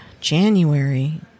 January